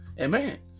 Amen